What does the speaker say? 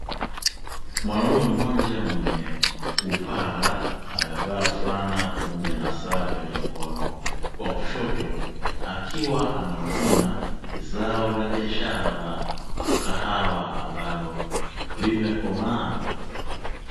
Mwanaume mmoja mwenye upara amevaa fulana akiwa amesimama kwenye zao la kahawa lililokomaa